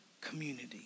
community